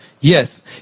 yes